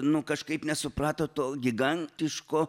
nu kažkaip nesuprato to gigantiško